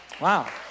Wow